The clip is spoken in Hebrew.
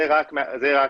זה רק מהשב"כ.